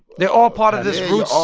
they're all part of this roots. all.